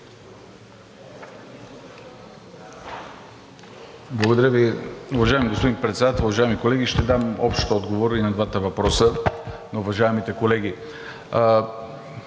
Благодаря Ви. Уважаеми господин Председател, уважаеми колеги! Ще дам общ отговор на двата въпроса на уважаемите колеги.